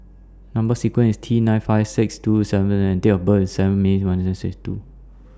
Number sequence IS T nine five six two seven and Date of birth IS seven May sixty two